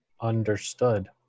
Understood